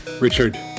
Richard